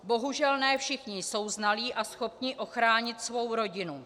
Bohužel ne všichni jsou znalí a schopni ochránit svou rodinu.